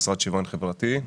מהמשרד לשוויון חברתי.